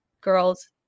girls